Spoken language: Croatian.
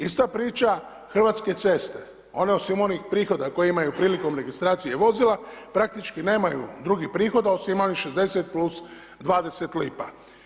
Ista priča Hrvatske ceste, one osim onih prihoda, koje imaju prilikom registracije vozila praktički nemaju drugih prihoda osim ovih 60 plus 20 lipa.